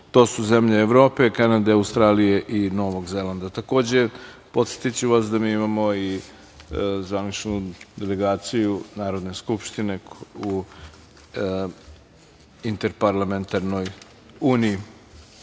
To su zemlje Evrope, Kanade, Australije i Novog Zelanda. Takođe, podsetiću vas da mi imamo zvaničnu delegaciju Narodne skupštine u Interparlamentarnoj uniji. Još